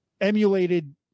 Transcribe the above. emulated